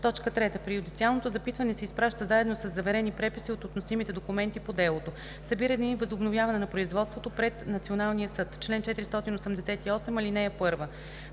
(3) Преюдициалното запитване се изпраща заедно със заверени преписи от относимите документи по делото. Спиране и възобновяване на производството пред националния съд „Чл. 488.